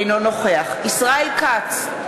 אינו נוכח ישראל כץ,